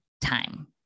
time